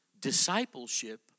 discipleship